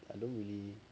I don't really